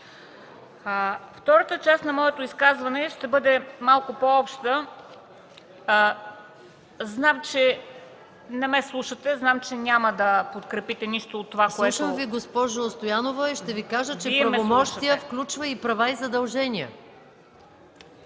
Втората част на моето изказване ще бъде малко по-обща. Знам, че не ме слушате, знам, че няма да подкрепите нищо от това, което... ПРЕДСЕДАТЕЛ МАЯ МАНОЛОВА: Слушам ви, госпожо Стоянова, и ще Ви кажа, че „правомощия” включва и „права и задължения”.